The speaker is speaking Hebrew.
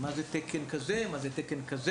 מהו תקן כזה או אחר?